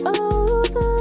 over